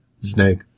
Snake